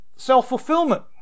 Self-fulfillment